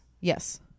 Yes